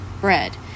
bread